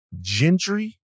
Gentry